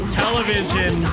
television